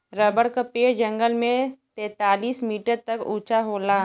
rubber क पेड़ जंगल में तैंतालीस मीटर तक उंचा होला